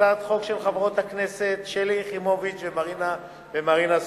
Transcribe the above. הצעת חוק של חברות הכנסת שלי יחימוביץ ומרינה סולודקין,